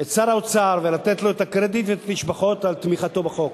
את שר האוצר ולתת לו את הקרדיט ואת התשבחות על תמיכתו בחוק.